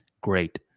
great